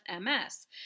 MS